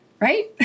right